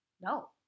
no